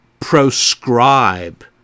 proscribe